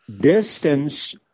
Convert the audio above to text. distance